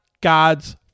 God's